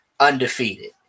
undefeated